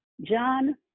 John